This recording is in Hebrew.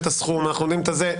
בסדר.